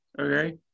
okay